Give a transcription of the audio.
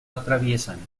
atraviesan